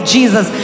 Jesus